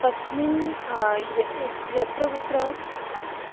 तस्मिन् ये यत्र कुत्र